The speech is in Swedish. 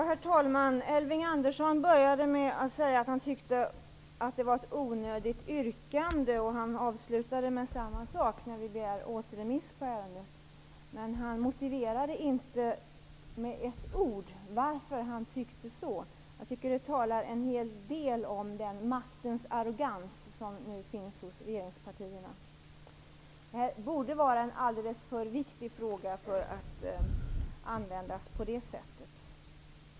Herr talman! Elving Andersson började med att säga att han tyckte att återremissyrkandet var onödigt, och han avslutade med att säga samma sak. Men han motiverade inte med ett ord varför han tyckte så. Det säger en hel del om den maktens arrogans som nu finns hos regeringspartierna. Denna fråga borde vara alldeles för viktig för att användas på det sättet.